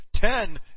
Ten